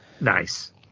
Nice